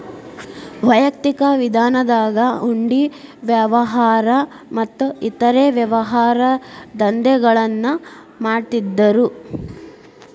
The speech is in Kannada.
ವೈಯಕ್ತಿಕ ವಿಧಾನದಾಗ ಹುಂಡಿ ವ್ಯವಹಾರ ಮತ್ತ ಇತರೇ ವ್ಯಾಪಾರದಂಧೆಗಳನ್ನ ಮಾಡ್ತಿದ್ದರು